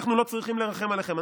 אנחנו לא צריכים לרחם עליכם.